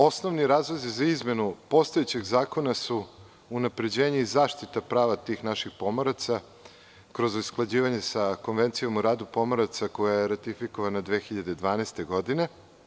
Osnovni razlozi za izmenu postojećeg zakona su unapređenje i zaštita prava tih naših pomoraca kroz usklađivanje sa Konvencijom o radu pomoraca koja je ratifikovana 2012. godine.